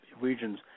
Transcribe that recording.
regions